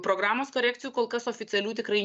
programos korekcijų kol kas oficialių tikrai